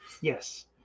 Yes